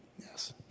Yes